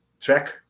track